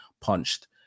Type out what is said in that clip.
punched